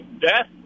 death